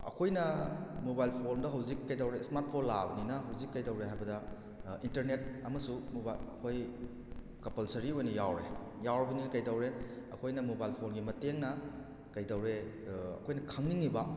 ꯑꯩꯈꯣꯏꯅ ꯃꯣꯕꯥꯏꯜ ꯐꯣꯟꯗ ꯍꯧꯖꯤꯛ ꯀꯩꯗꯧꯔꯦ ꯁ꯭ꯃꯥꯔꯠ ꯐꯣꯟ ꯂꯥꯥꯛꯑꯕꯅꯤꯅ ꯍꯧꯖꯤꯛ ꯀꯩꯗꯧꯔꯦ ꯍꯥꯏꯕꯗ ꯏꯟꯇꯔꯅꯦꯠ ꯑꯃꯁꯨ ꯑꯩꯈꯣꯏ ꯀꯄꯜꯁꯔꯤ ꯑꯣꯏꯅ ꯌꯥꯎꯔꯦ ꯌꯥꯎꯔꯕꯅꯤꯅ ꯀꯩꯗꯧꯔꯦ ꯑꯩꯈꯣꯏꯅ ꯃꯣꯕꯥꯏꯜ ꯐꯣꯟꯒꯤ ꯃꯇꯦꯡꯅ ꯀꯩꯗꯧꯔꯦ ꯑꯩꯈꯣꯏꯅ ꯈꯪꯅꯤꯡꯏꯕ